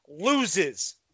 loses